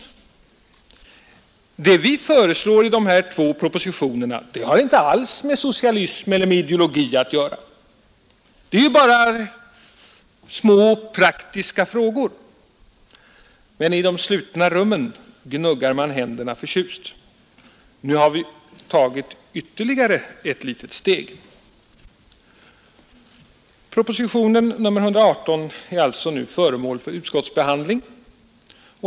Det vi föreslår i dessa två propositioner har inte alls med ideologi att göra. Detta är ju bara små praktiska frågor.” Men i de slutna rummen gnuggar man händerna förtjust. Nu har vi tagit ytterligare ett litet steg. Propositionen 118 är nu föremål för utskottsbehandling.